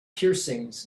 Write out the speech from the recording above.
piercings